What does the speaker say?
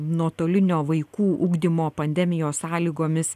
nuotolinio vaikų ugdymo pandemijos sąlygomis